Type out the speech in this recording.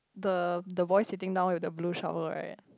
the the boy sitting down with the blue shower right